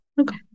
okay